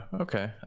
okay